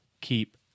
keep